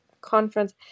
conference